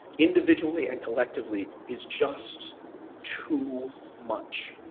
individually and collectively, is just too much.